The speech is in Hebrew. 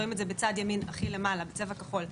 רואים את זה בצד ימין הכי למעלה בצבע כחול,